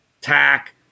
tack